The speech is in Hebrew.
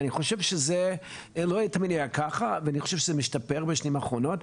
זה לא תמיד היה כך ואני חושב שזה משתפר בשנים האחרונות.